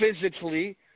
physically